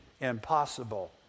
impossible